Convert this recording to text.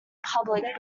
public